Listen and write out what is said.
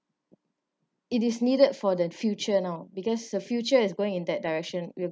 it is needed for the future now because the future is going in that direction we